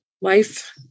life